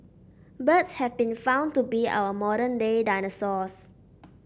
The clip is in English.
birds have been found to be our modern day dinosaurs